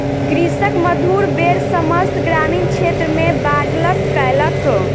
कृषक मधुर बेर समस्त ग्रामीण क्षेत्र में बाँटलक कयलक